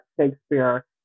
Shakespeare